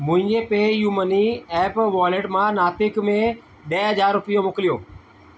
मुंहिंजे PayU money app wallet मां नातिक में ॾह हज़ार रुपियो मोकिलियो